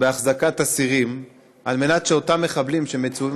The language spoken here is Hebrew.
בהחזקת אסירים על מנת שאותם מחבלים שנמצאים